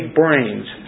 brains